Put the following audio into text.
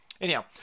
Anyhow